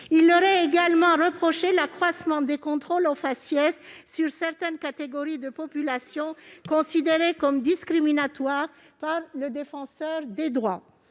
aurait également critiqué l'accroissement des contrôles au faciès sur certaines catégories de population, ce qui est une discrimination, selon le Défenseur des droits.